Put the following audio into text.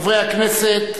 חברי הכנסת,